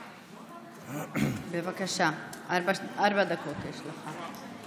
בבקשה, ארבע דקות יש לך.